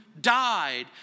died